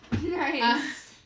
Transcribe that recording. Nice